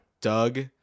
Doug